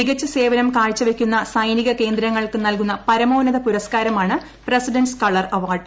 മികച്ച സേവനം കാഴ്ചവെക്കുന്ന സൈനിക കേന്ദ്രങ്ങൾക്ക് നൽകുന്ന പരമോന്നത പുരസ്കാരമാണ് പ്രസിഡന്റ്സ് കളർ അവാർഡ്